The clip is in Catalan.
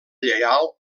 lleial